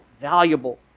valuable